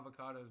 avocados